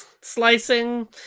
slicing